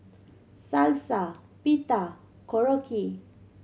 Salsa Pita and Korokke